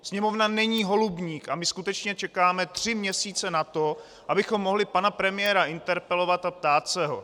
Sněmovna není holubník a my skutečně čekáme tři měsíce na to, abychom mohli pana premiéra interpelovat a ptát se ho!